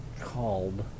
called